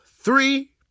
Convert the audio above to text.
three